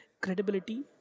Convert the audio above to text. credibility